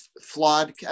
flawed